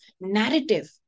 narrative